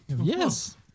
Yes